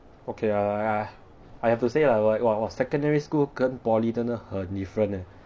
okay ah ya I have to say lah like !wah! secondary school 跟 polytechnic 真的很 different leh